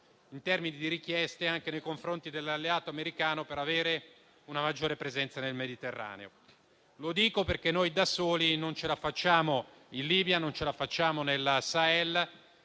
alzare le richieste anche nei confronti dell'alleato americano per avere una maggiore presenza nel Mediterraneo. Lo dico perché noi da soli non ce la facciamo in Libia e nel Sahel,